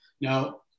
Now